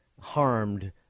harmed